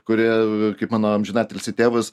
kurie kaip mano amžinatilsį tėvas